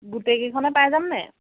গোটেইকেইখনে পাই যামনে